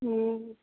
हूँ